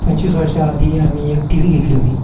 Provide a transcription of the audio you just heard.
पंचवीस वर्षाआधी आम्ही एक टी वी घेतली होती